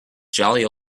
jolly